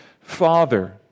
father